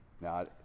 Now